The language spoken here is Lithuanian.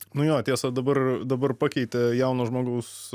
nu jo tiesa dabar dabar pakeitė jauno žmogaus